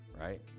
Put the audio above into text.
right